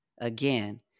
Again